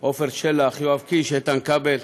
עפר שלח, יואב קיש, איתן כבל.